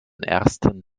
ersten